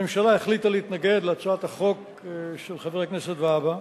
הממשלה החליטה להתנגד להצעת החוק של חבר הכנסת והבה,